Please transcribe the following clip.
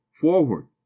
Forward